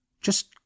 Just